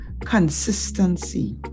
consistency